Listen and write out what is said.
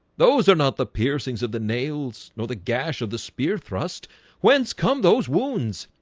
those are not the piercings of the nails nor the gash of the spear thrust whence come those wounds.